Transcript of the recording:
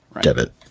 debit